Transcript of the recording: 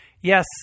Yes